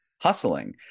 hustling